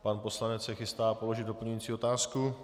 Pan poslanec se chystá položit doplňující otázku.